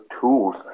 tools